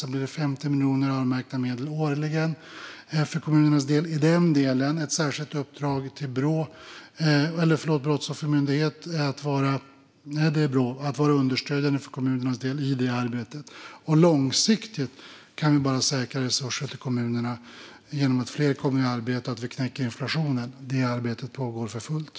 Sedan blir det 50 miljoner i öronmärkta medel årligen för kommunernas del och ett särskilt uppdrag till Brå att vara understödjande för kommunerna i det arbetet. Långsiktigt kan vi bara säkra resurser till kommunerna genom att fler kommer i arbete och vi knäcker inflationen. Det arbetet pågår för fullt.